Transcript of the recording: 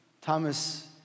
Thomas